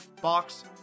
Box